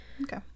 Okay